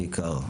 בעיקר,